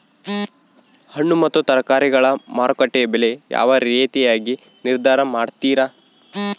ಹಣ್ಣು ಮತ್ತು ತರಕಾರಿಗಳ ಮಾರುಕಟ್ಟೆಯ ಬೆಲೆ ಯಾವ ರೇತಿಯಾಗಿ ನಿರ್ಧಾರ ಮಾಡ್ತಿರಾ?